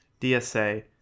DSA